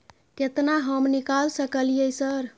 केतना हम निकाल सकलियै सर?